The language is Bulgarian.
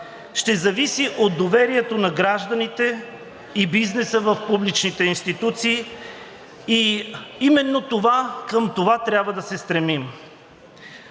ще зависи от доверието на гражданите и бизнеса в публичните институции и именно към това трябва да се стремим.